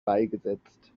beigesetzt